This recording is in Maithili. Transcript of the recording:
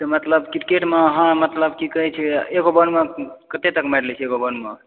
तऽ मतलब क्रिकेटमे अहाँ मतलब कि की कहै छै एगो बॉलमे कते तक मारि लै छी एगो बॉलमे